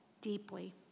deeply